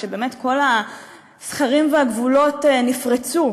כשבאמת כל הסכרים והגבולות נפרצו,